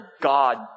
God